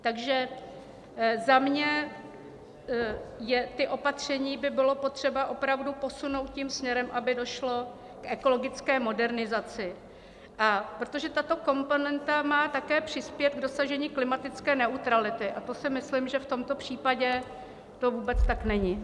Takže za mě by ta opatření bylo potřeba opravdu posunout tím směrem, aby došlo k ekologické modernizaci, protože tato komponenta má také přispět k dosažení klimatické neutrality a to si myslím, že v tomto případě tak vůbec není.